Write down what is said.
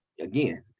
Again